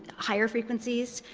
higher frequencies.